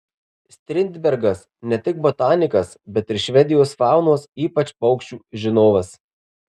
strindbergas ne tik botanikas bet ir švedijos faunos ypač paukščių žinovas